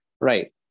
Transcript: Right